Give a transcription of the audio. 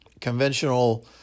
Conventional